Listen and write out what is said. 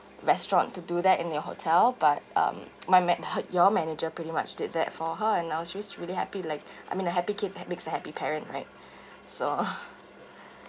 restaurant to do that in your hotel but um my man~ your manager pretty much did that for her and I was just really happy like I mean a happy kid makes a happy parent right so